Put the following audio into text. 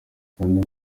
kandi